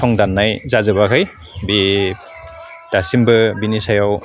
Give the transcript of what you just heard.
संदाननाय जाजोबाखै बे दासिमबो बिनि सायाव